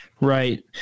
right